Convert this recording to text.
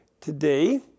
Today